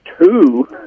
Two